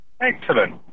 Excellent